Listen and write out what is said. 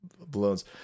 balloons